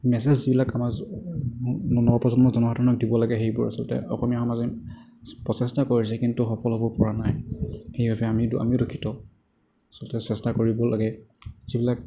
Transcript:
মেচেজবিলাক আমাৰ নৱ প্ৰজন্মৰ জনসাধাৰনক দিব লাগে সেইবোৰ আচলতে অসমীয়া সমাজে প্ৰচেষ্টা কৰি আছে কিন্তু সফল হ'ব পৰা নাই সেইবাবে আমি আমিও দুঃখিত আচলতে চেষ্টা কৰিব লাগে যিবিলাক